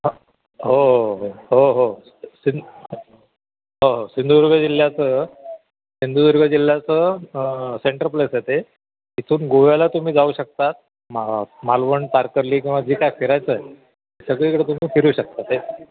ह हो सिं हो हो सिंधुदुर्ग जिल्ह्याचं सिंधुदुर्ग जिल्ह्याचं सेंट्रल प्लेस आहे ते तिथून गोव्याला तुम्ही जाऊ शकता मा मालवण तारकर्ली किंवा जे काय फिरायचं आहे सगळीकडे तुम्ही फिरू शकता ते